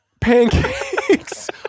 pancakes